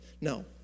No